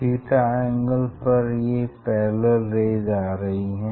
theta angle पर ये parallel rays आ रही हैं